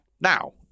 now